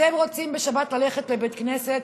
אתם רוצים בשבת ללכת לבית כנסת.